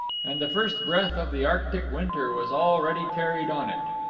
and the first breath of the arctic winter was already carried on it.